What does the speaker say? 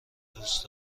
دوست